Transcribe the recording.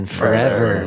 forever